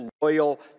loyal